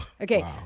Okay